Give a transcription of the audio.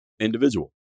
individual